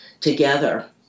together